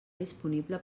disponible